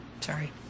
Sorry